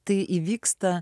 tai įvyksta